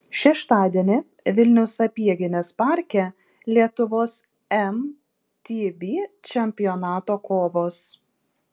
šeštadienį vilniaus sapieginės parke lietuvos mtb čempionato kovos